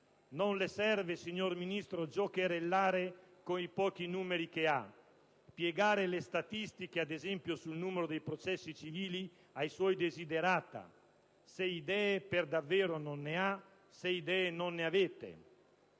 Non serve al Ministro, giocherellare coi pochi numeri che ha: piegare le statistiche, ad esempio, sul numero dei processi civili ai suoi *desiderata* se idee per davvero non ne ha, se idee non ne avete.